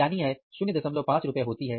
यानी यह 05 रुपए होता है